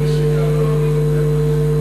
חברי חברי הכנסת,